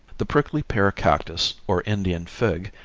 the prickly pear cactus, or indian fig,